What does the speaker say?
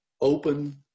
open